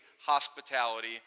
hospitality